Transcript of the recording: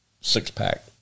six-pack